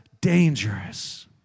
dangerous